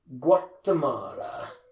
Guatemala